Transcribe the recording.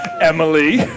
Emily